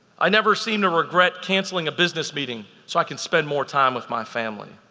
i never seem to regret canceling a business meeting so i can spend more time with my family.